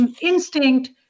instinct